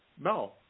no